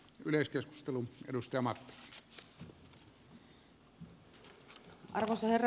arvoisa herra puhemies